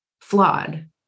flawed